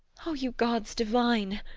o you gods divine,